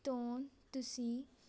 ਤੋਂ ਤੁਸੀਂ